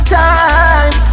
time